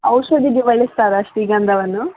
ಔಷಧಿಗೆ ಬಳಸ್ತಾರಾ ಶ್ರೀಗಂಧವನ್ನು